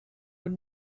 when